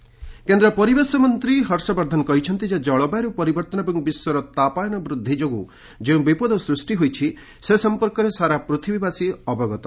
ହର୍ଷବର୍ଦ୍ଧନ କେନ୍ଦ୍ର ପରିବେଶ ମନ୍ତ୍ରୀ ହର୍ଷବର୍ଦ୍ଧନ କହିଛନ୍ତି ଯେ ଜଳବାୟୁର ପରିବର୍ତ୍ତନ ଏବଂ ବିଶ୍ୱର ତାପାୟନ ବୃଦ୍ଧି ଯୋଗୁଁ ଯେଉଁ ବିପଦ ସୃଷ୍ଟି ହୋଇଛି ସେ ସଂପର୍କରେ ସାରା ପୃଥିବୀବାସୀ ଅବଗତ